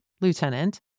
Lieutenant